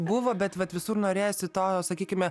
buvo bet vat visur norėjosi to sakykime